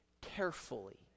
carefully